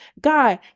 God